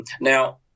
Now